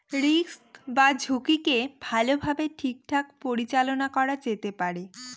risk বা ঝুঁকিকে ভালোভাবে ঠিকঠাক পরিচালনা করা যেতে পারে